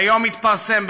והיום מתפרסמת,